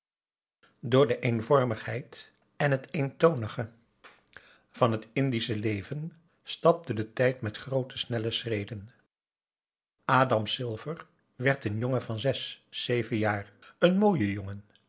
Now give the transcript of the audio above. door de eenvormigheid en het eentonige van het indische leven stapte de tijd met groote snelle schreden adam silver werd n jongen van zes zeven jaar een mooie jongen